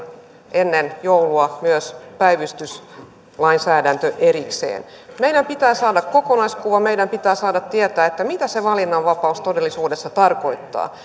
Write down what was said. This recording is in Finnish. ennen joulua myös päivystyslainsäädäntö erikseen meidän pitää saada kokonaiskuva meidän pitää saada tietää mitä se valinnanvapaus todellisuudessa tarkoittaa